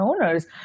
owners